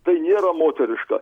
tai nėra moteriška